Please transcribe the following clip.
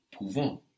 pouvons